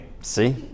See